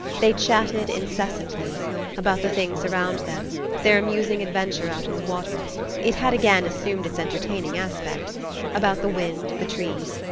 they chatted incessantly about the things around them their amusing adventure out in the water it had again assumed its entertaining aspect about the wind, the trees,